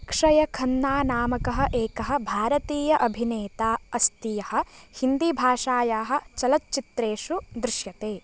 अक्षयखन्ना नामकः एकः भारतीय अभिनेता अस्ति यः हिन्दीभाषायाः चलचित्रेषु दृश्यते